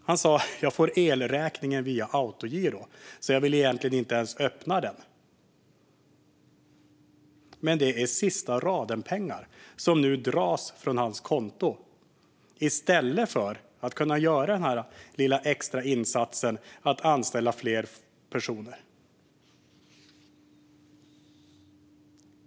Han sa: Jag betalar elräkningen via autogiro, och jag vill egentligen inte ens öppna den. Men det är sista-raden-pengar som nu dras från hans konto, i stället för att han ska kunna göra den lilla extra insatsen och anställa fler personer.